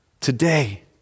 Today